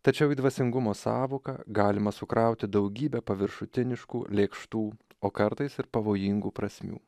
tačiau į dvasingumo sąvoką galima sukrauti daugybę paviršutiniškų lėkštų o kartais ir pavojingų prasmių